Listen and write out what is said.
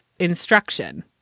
instruction